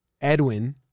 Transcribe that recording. Edwin